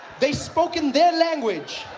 they spoke in their language